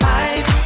eyes